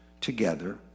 together